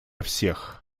всех